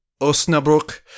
Osnabrück